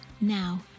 now